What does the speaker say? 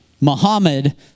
Muhammad